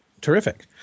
Terrific